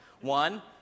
One